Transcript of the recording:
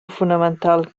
fonamental